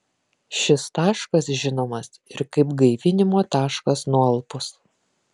šis taškas žinomas ir kaip gaivinimo taškas nualpus